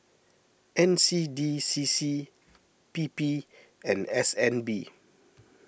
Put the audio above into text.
N C D C C P P and S N B